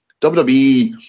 WWE